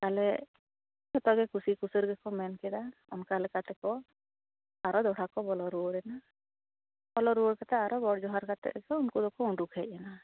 ᱛᱟᱦᱚᱞᱮ ᱡᱚᱛᱚ ᱜᱮ ᱠᱩᱥᱤ ᱠᱩᱥᱟᱹᱞ ᱜᱮᱠᱚ ᱢᱮᱱ ᱠᱮᱫᱟ ᱚᱱᱠᱟ ᱞᱮᱠᱟ ᱛᱮᱠᱚ ᱟᱨᱦᱚ ᱫᱚᱦᱚᱲᱟ ᱠᱚ ᱵᱚᱞᱚ ᱨᱩᱣᱟᱹᱲ ᱮᱱᱟ ᱵᱚᱞᱚ ᱨᱩᱣᱟᱹᱲ ᱠᱟᱛᱮ ᱟᱨᱚ ᱜᱚᱰ ᱡᱚᱦᱟᱨ ᱠᱟᱛᱮ ᱩᱱᱠᱩ ᱫᱚᱠᱚ ᱩᱰᱩᱠ ᱦᱮᱡ ᱮᱱᱟ